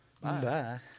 Bye